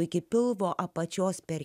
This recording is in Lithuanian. iki pilvo apačios per